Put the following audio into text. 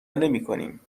نمیکنیم